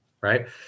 right